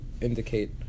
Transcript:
indicate